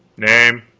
name?